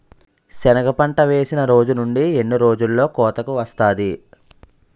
సెనగ పంట వేసిన రోజు నుండి ఎన్ని రోజుల్లో కోతకు వస్తాది?